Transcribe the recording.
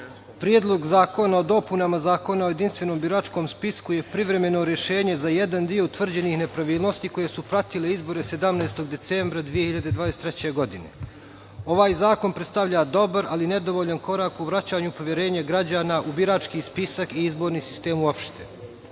Predlog zakona o dopunama Zakona o jedinstvenom biračkom spisku je privremeno rešenje za jedan deo utvrđenih nepravilnosti koje su pratile izbore 17. decembra 2023. godine. Ovaj zakon predstavlja dobar ali nedovoljan korak u vraćanju poverenja građana u birački spisak i izborni sistem uopšte.